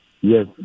Yes